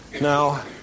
Now